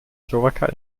slowakei